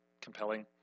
compelling